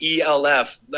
ELF